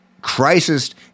crisis